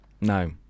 No